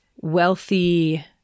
wealthy